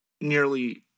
nearly –